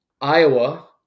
Iowa